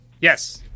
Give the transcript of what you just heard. Yes